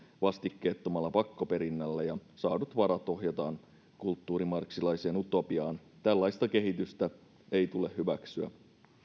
vastikkeettomalla pakkoperinnällä ja saadut varat ohjataan kulttuurimarxilaiseen utopiaan tällaista kehitystä ei tule hyväksyä